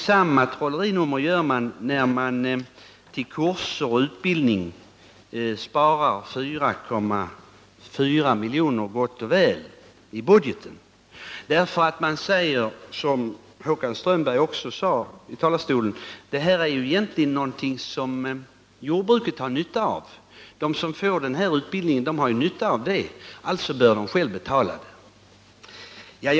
Samma trollerinummer gör man när man till kurser och utbildning sparar 4,4 miljoner gott och väl i budgeten. Man säger — det gjorde också Håkan Strömberg från talarstolen —: Det här är egentligen någonting som jordbruket har nytta av. De som får denna utbildning har nytta av det — alltså bör de själva betala utbildningen.